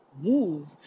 move